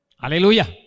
Hallelujah